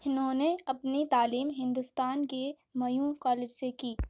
انہوں نے اپنی تعلیم ہندوستان کے میوں کالج سے کی